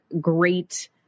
great